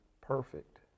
perfect